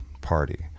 party